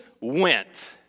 went